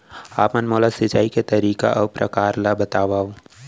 आप मन मोला सिंचाई के तरीका अऊ प्रकार ल बतावव?